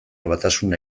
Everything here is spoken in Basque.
batasuna